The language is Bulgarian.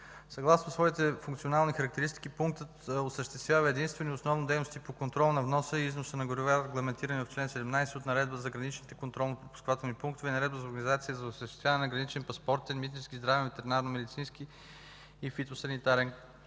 Съгласно своите функционални характеристики пунктът осъществява единствено основни дейности по контрол на вноса и износа на горива, регламентирани от чл. 17 от Наредба за граничните контролно-пропускателни пунктове и Наредба за организацията за осъществяване на граничен паспортен, митнически, здравен, ветеринарномедицински и фитосанитарен контрол.